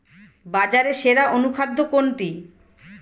বাজারে সেরা অনুখাদ্য কোনটি?